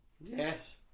Yes